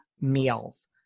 meals